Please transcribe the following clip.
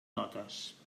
notes